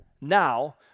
Now